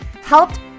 helped